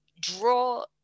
draw